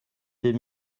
bum